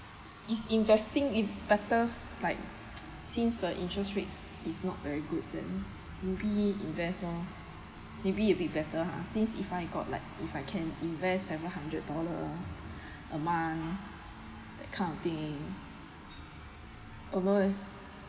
is investing in better like since the interest rates is not very good then would be invest lor maybe it'll be better ha since if I got like if I can invest seven hundred dollars a month that kind of thing although I